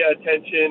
attention